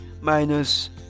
minus